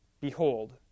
Behold